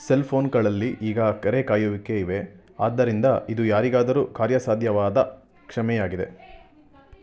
cell ಫೋನ್ಗಳಲ್ಲಿ ಈಗ ಕರೆ ಕಾಯುವಿಕೆ ಇವೆ ಆದ್ದರಿಂದ ಇದು ಯಾರಿಗಾದರೂ ಕಾರ್ಯಸಾಧ್ಯವಾದ ಕ್ಷಮೆಯಾಗಿದೆ